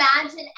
imagine